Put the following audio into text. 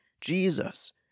Jesus